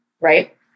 right